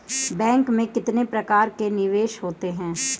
Bank में कितने प्रकार के निवेश होते हैं?